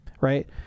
right